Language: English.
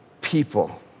people